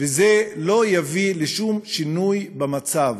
וזה לא יביא לשום שינוי במצב.